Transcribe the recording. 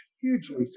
hugely